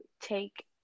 take